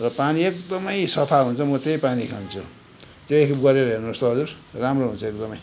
र पानी एकदमै सफा हुन्छ मो त्यही पानी खान्छु त्यो एकखेप गरेर हेर्नुहोस् त हजुर राम्रो हुन्छ एकदमै